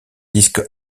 disque